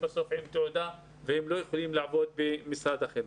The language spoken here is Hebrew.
עם תעודה והם לא יכולים לעבוד במשרד החינוך.